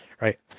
right